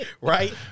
Right